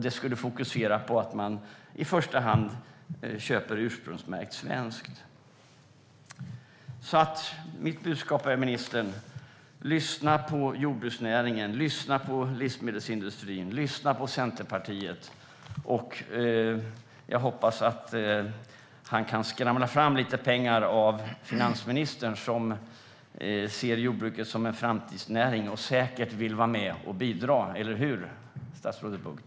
Det skulle fokusera på att man i första hand köper det som är ursprungsmärkt Svenskt. Mitt budskap är, ministern: Lyssna på jordbruksnäringen, lyssna på livsmedelsindustrin och lyssna på Centerpartiet! Jag hoppas att han kan skramla fram lite pengar av finansministern, som ser jordbruket som en framtidsnäring och säkert vill vara med och bidra, eller hur, statsrådet Bucht?